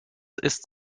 ist